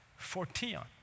fortion